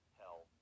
hell